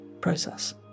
process